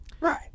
Right